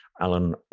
Alan